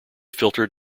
filter